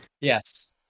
yes